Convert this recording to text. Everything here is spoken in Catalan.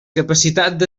capacitats